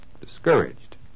discouraged